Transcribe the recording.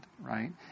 right